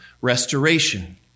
restoration